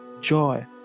joy